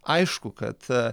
aišku kad